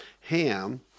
Ham